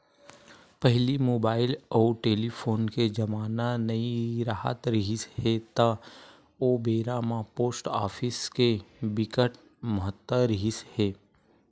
पहिली मुबाइल अउ टेलीफोन के जमाना नइ राहत रिहिस हे ता ओ बेरा म पोस्ट ऑफिस के बिकट महत्ता रिहिस हे